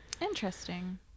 Interesting